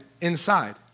inside